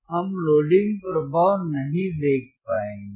हम लोडिंग प्रभाव नहीं देख पाएंगे